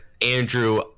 Andrew